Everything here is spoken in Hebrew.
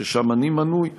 שאני מנוי שלו.